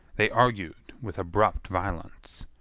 they argued with abrupt violence.